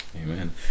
Amen